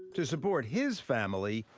to support his family,